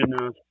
enough